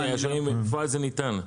השאלה האם בפועל זה ניתן?